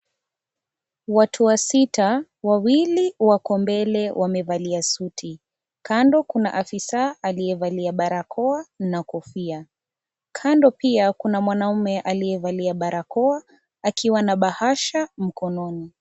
Watu wasita, wawili wako mbele wamevalia suti kando kuna afisa aliyevalia barakoa na kofia kando pia kuna mwanaume aliyevalia barakoa akiwa na bahasha mkononi.